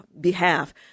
behalf